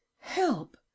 Help